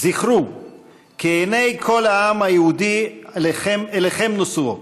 "זכרו כי עיני כל העם היהודי אליכם נשואות,